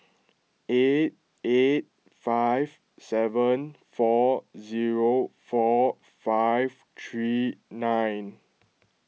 eight eight five seven four zero four five three nine